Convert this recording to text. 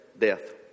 death